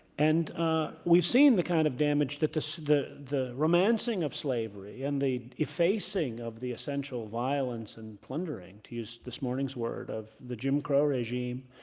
and we've seen the kind of damage that the the romancing of slavery and the effacing of the essential violence and plundering, to use this morning's word of the jim crow regime,